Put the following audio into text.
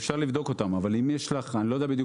אפשר לבדוק אותן אבל אם יש לך מיליוני